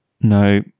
No